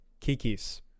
Kikis